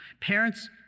Parents